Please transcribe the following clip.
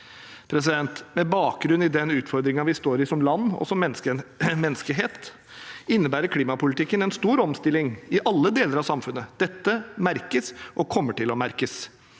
oppnådd, Med bakgrunn i den utfordringen vi står i som land, og som menneskehet, innebærer klimapolitikken en stor omstilling i alle deler av samfunnet. Dette merkes og kommer til å merkes.